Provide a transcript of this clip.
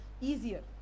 easier